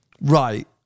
right